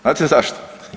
Znate zašto?